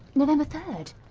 november third!